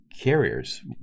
carriers